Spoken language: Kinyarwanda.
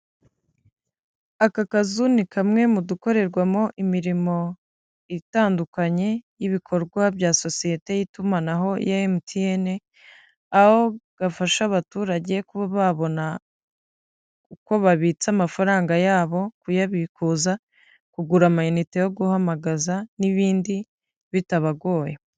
Aka kazu ni kamwe mu dukorerwamo imirimo itandukanye y'ibikorwa bya sosiyete y'itumanaho ya emutiyeni, aho gafasha abaturage kuba babona uko babitsa amafaranga yabo, kuyabikuza, kugura ama inite yo guhamagaza n'ibindi bitabagoye.